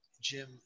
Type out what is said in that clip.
Jim